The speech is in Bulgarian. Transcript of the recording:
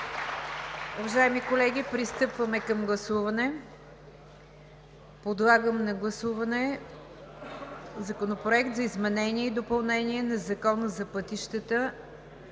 Уважаеми колеги, пристъпваме към гласуване. Подлагам на гласуване Законопроект за изменение и допълнение на Закона за пътищата,